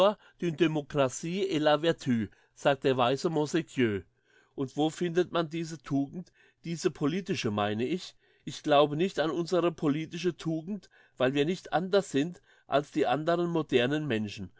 est la vertu sagt der weise montesquieu und wo findet man diese tugend die politische meine ich ich glaube nicht an unsere politische tugend weil wir nicht anders sind als die anderen modernen menschen